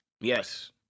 Yes